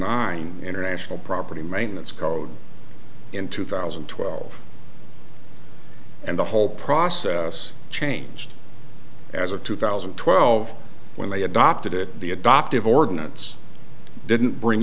nine in or national property maintenance code in two thousand and twelve and the whole process changed as of two thousand and twelve when they adopted it the adoptive ordinance didn't bring